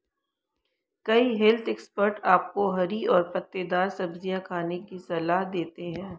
कई health expert आपको हरी और पत्तेदार सब्जियां खाने की सलाह देते हैं